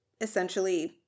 essentially